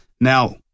Now